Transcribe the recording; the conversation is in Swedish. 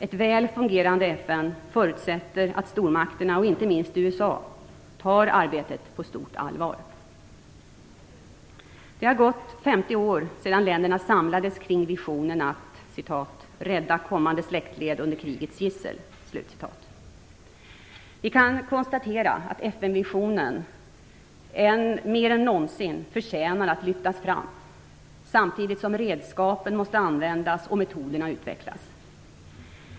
Ett väl fungerande FN förutsätter att stormakterna, inte minst USA, tar arbetet på stort allvar. Det har gått 50 år sedan länderna samlades kring visionen att "rädda kommande släktled undan krigets gissel". Vi kan konstatera att FN-visionen mer än någonsin förtjänar att lyftas fram, samtidigt som redskapen måste användas och metoderna utvecklas.